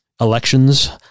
elections